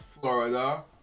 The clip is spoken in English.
Florida